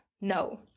no